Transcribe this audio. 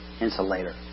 insulator